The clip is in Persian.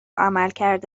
عملکرد